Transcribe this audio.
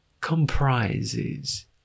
comprises